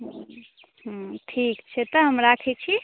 हूँ ठीक छै तऽ हम राखैत छी